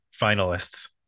finalists